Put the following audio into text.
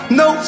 no